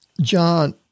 John